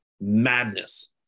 madness